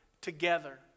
together